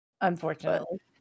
Unfortunately